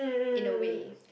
in a way